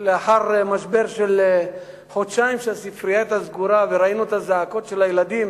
לאחר משבר של חודשיים שהספרייה היתה סגורה וראינו את הזעקות של הילדים,